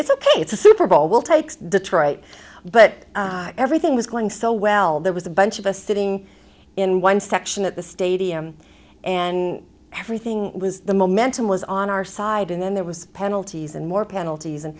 ok it's a super bowl will take detroit but everything was going so well there was a bunch of us sitting in one section at the stadium and everything was the momentum was on our side and then there was penalties and more penalties and